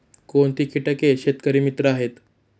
कोणती किटके शेतकरी मित्र आहेत?